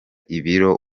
ibiro